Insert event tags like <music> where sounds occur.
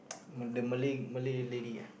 <noise> the Malay Malay lady ah